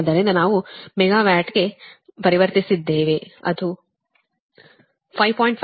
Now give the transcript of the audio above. ಆದ್ದರಿಂದ ನಾವು ಮೆಗಾವಾಟ್ಗೆ ಪರಿವರ್ತಿಸಿದ್ದೇವೆ ಅದು 5